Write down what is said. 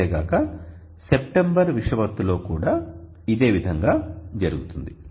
అంతేగాక సెప్టెంబర్ విషువత్తులో కూడా ఇదేవిధంగా జరుగుతుంది